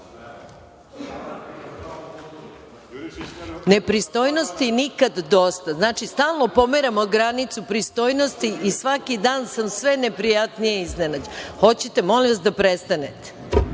ovlašćeni?)Nepristojnosti nikad dosta. Znači, stalno pomeramo granicu pristojnosti i svaki dan sam sve neprijatnije iznenađena. Hoćete li molim vas da prestanete.(Marko